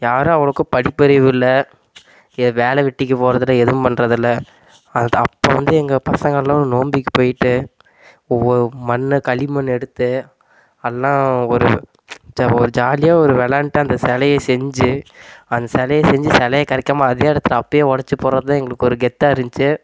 யாரும் அவ்வளோக்கும் படிப்பறிவு இல்லை இங்கே வேலை வெட்டிக்கு போறதில்லை எதுவும் பண்றதில்லைல அதை அப்போ வந்து எங்கள் பசங்கள்லாம் நோன்பிக்கு போயிட்டு ஒவ்வொ மண்ணை களிமண் எடுத்து எல்லாம் ஒரு ச ஒரு ஜாலியாக ஒரு விளையாண்டுட்டு அந்த சிலையை செஞ்சு அந்த சிலையை செஞ்சு சிலையை கரைக்காமல் அதே இடத்துல அப்படியே உடச்சு போடுறதுதான் எங்களுக்கு ஒரு கெத்தாக இருந்துச்சு